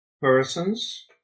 persons